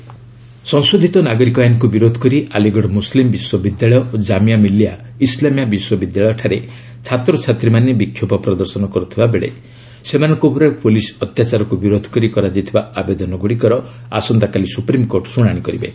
SC citizenship ସଂଶୋଧୂତ ନାଗରିକ ଆଇନକୁ ବିରୋଧ କରି ଆଲିଗଡ଼ ମୁସଲିମ୍ ବିଶ୍ୱବିଦ୍ୟାଳୟ ଓ ଜାମିଆ ମିଲିଆ ଇସ୍ଲାମିଆ ବିଶ୍ୱବିଦ୍ୟାଳୟଠାରେ ଛାତ୍ରଛାତ୍ରୀମାନେ ବିକ୍ଷୋଭ ପ୍ରଦର୍ଶନ କରୁଥିବା ବେଳେ ସେମାନଙ୍କ ଉପରେ ପୋଲିସ୍ ଅ ୍ୟାଚାରକୁ ବିରୋଧ କରି କରାଯାଇଥିବା ଆବେଦନଗୁଡ଼ିକର ଆସନ୍ତାକାଲି ସୁପ୍ରିମକୋର୍ଟ ଶୁଣାଶି କରିବେ